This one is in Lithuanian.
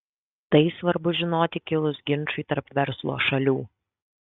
tai svarbu žinoti kilus ginčui tarp verslo šalių